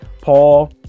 Paul